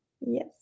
Yes